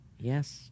Yes